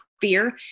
fear